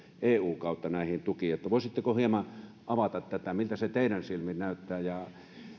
eun kautta näihin tukiin voisitteko hieman avata tätä miltä se teidän silmiinne näyttää